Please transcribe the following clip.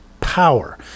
power